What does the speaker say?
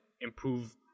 improve